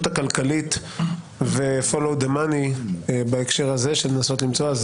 הכלכלית ו-follow the money בהקשר הזה של לנסות למצוא.